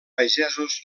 pagesos